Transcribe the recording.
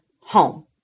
home